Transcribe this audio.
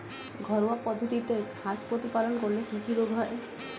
ঘরোয়া পদ্ধতিতে হাঁস প্রতিপালন করলে কি কি রোগ হয়?